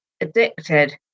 addicted